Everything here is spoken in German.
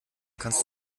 kannst